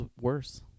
worse